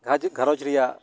ᱜᱷᱟ ᱜᱷᱟᱨᱚᱸᱡᱽ ᱨᱮᱭᱟ